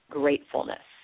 gratefulness